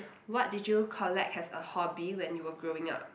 what did you collect as a hobby when you were growing up